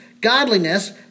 godliness